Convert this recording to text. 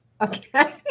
Okay